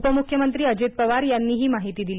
उपमुख्यमंत्री अजित पवार यांनी ही माहिती दिली